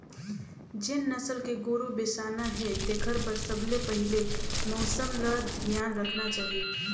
जेन नसल के गोरु बेसाना हे तेखर बर सबले पहिले मउसम ल धियान रखना चाही